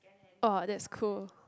oh that's cool